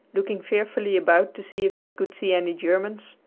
looking fearfully about to see if he could see any germans,